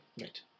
right